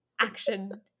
action